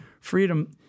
freedom